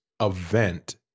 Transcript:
event